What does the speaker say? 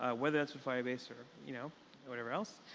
ah whether that's with firebase or you know whatever else.